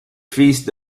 fils